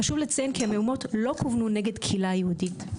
חשוב לציין שהמהומות לא כוונו נגד הקהילה היהודית,